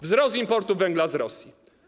Wzrost importu węgla z Rosji.